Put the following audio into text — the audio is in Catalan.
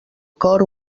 cor